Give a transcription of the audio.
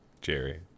Jerry